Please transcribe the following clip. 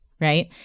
right